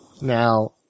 Now